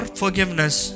forgiveness